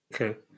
Okay